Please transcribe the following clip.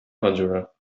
conjurer